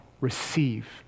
receive